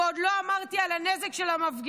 ועוד לא דיברתי על הנזק של המפגינים.